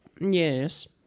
Yes